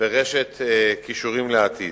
ברשת "קישורים לעתיד",